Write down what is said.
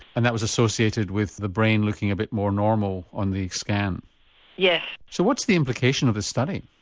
and that was associated with the brain looking a bit more normal on the scan yeah so what's the implication of this study?